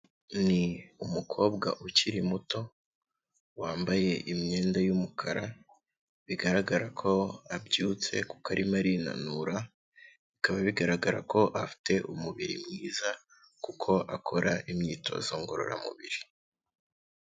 Ni umukobwa ukiri muto, wambaye imyenda y'umukara, bigaragara ko abyutse kuko arimo arinanura, bikaba bigaragara ko afite umubiri mwiza kuko akora imyitozo ngororamubiri.